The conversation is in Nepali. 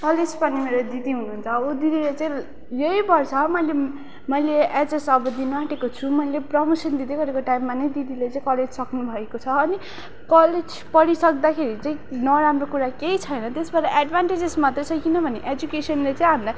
कलेज पढ्ने मेरो दिदी हुनुहुन्छ उ दिदीले चाहिँ यही बर्ष मैले मैले एचएस अब दिनु आँटेको छु मैले प्रमोसन दिँदै गरेको टाइममा नै दिदीले चाहिँ कलेज सक्नुभएको छ अनि कलेज पढिसक्दाखेरि चाहिँ नराम्रो कुरा केही छैन त्यसबाट एडभान्टेजेस मात्रै छ किनभने एजुकेसनले चाहिँ हामीलाई